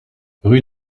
rue